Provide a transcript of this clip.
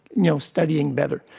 you know studying better,